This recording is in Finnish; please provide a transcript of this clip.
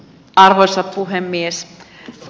arvoisa puhemies